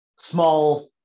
small